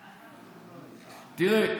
תראה,